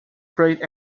great